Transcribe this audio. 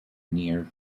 near